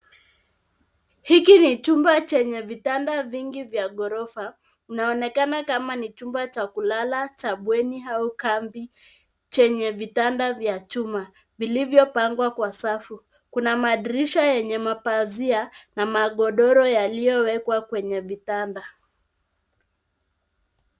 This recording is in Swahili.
Hiki ni chumba chenye vitanda vingi vya ghorofa, inaonekana kama ni chumba cha kulala cha bweni au kambi chenye vitanda vya chuma vilivyo pangwa kwa safu kuna madirisha yenye mapazia na magodoro yaliyowekwa kwenye vitanda.